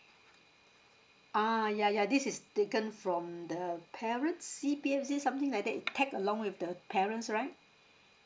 ah yeah yeah this is taken from the parent's C_P_F is it something like that tag along with the parent's right